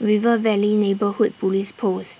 River Valley Neighbourhood Police Post